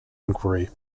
inquiry